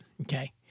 Okay